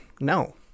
No